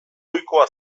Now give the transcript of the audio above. ohikoa